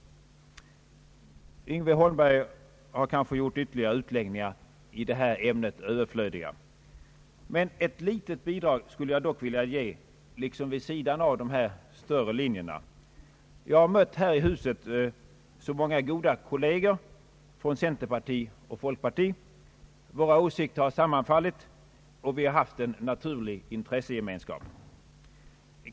Yngve Holmberg har kanske gjort vidare utläggningar i detta ämne överflödiga, men jag skulle i alla fall vilja ge ett litet bidrag liksom vid sidan av de större linjerna. Jag har i detta hus mött många goda kolleger från centerparti och folkparti. Våra åsikter har sammanfallit, vi har haft en naturlig intressegemenskap.